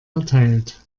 erteilt